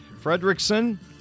Fredrickson